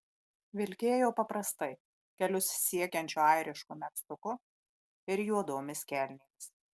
vilkėjo paprastai kelius siekiančiu airišku megztuku ir juodomis kelnėmis